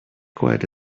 quite